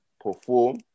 perform